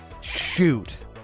Shoot